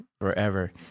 forever